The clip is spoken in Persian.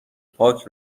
پاک